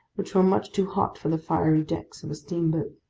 which were much too hot for the fiery decks of a steamboat.